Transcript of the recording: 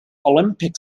olympic